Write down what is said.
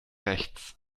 rechts